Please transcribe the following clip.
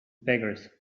beggars